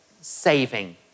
saving